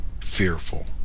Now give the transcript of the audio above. fearful